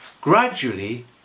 gradually